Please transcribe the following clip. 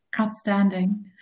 Outstanding